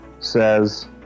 says